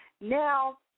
Now